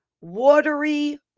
watery